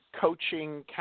coaching